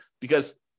Because-